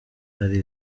hari